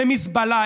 למזבלה.